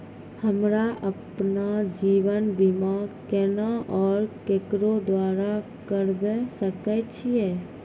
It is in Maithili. हमरा आपन जीवन बीमा केना और केकरो द्वारा करबै सकै छिये?